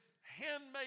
handmade